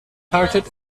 hearted